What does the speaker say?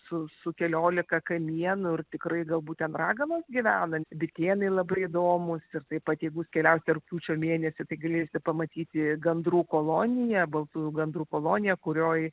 su su keliolika kamienų ir tikrai galbūt ten raganos gyvena bitėnai labai įdomūs ir taip pat jeigu jūs keliausite rugpjūčio mėnesį tai galėsite pamatyti gandrų koloniją baltųjų gandrų koloniją kurioj